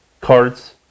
cards